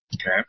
Okay